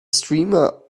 streamer